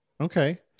okay